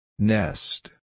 Nest